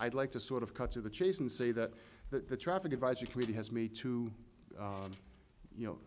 i'd like to sort of cut to the chase and say that the traffic advisory committee has made to you know